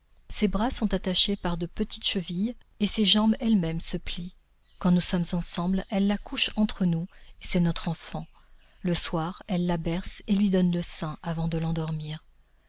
ses bras sont attachés par de petites chevilles et ses jambes elles-mêmes se plient quand nous sommes ensemble elle la couche entre nous et c'est notre enfant le soir elle la berce et lui donne le sein avant de l'endormir